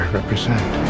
represent